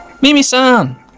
Mimi-san